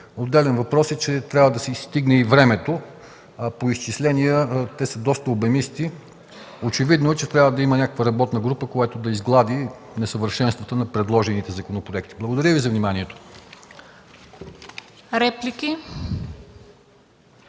Отелен е въпросът, че трябва да стигне и времето. Те са доста обемисти. По изчисления, очевидно трябва да има някаква работна група, която да изглади несъвършенствата на предложените законопроекти. Благодаря Ви за вниманието.